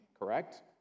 Correct